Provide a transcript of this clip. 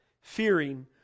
fearing